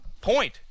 Point